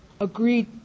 agreed